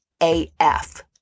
AF